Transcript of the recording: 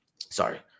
sorry